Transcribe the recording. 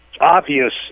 Obvious